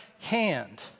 hand